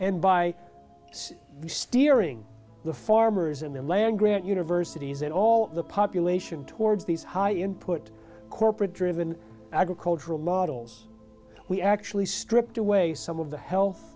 and by steering the farmers in the land grant universities and all the population towards these high input corporate driven agricultural models we actually stripped away some of the health